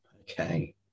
Okay